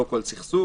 לא לכל סכסוך,